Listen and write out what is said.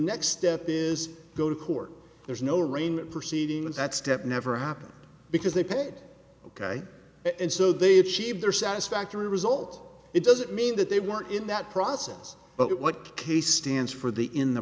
step is go to court there's no arraignment proceedings that step never happen because they paid ok and so they achieved their satisfactory result it doesn't mean that they were in that process but what case stands for the in the